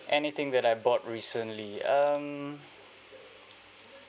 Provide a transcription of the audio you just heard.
anything that I bought recently um